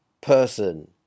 person